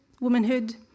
womanhood